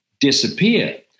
disappear